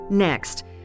Next